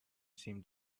seemed